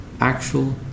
actual